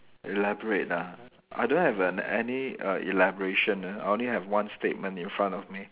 elaborate ah I don't have an any err elaboration err I only have one statement in front of me